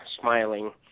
smiling